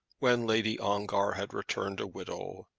when lady ongar had returned a widow,